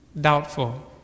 Doubtful